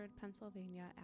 Pennsylvania